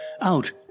OUT